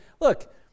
look